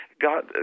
God